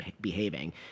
behaving